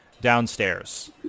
downstairs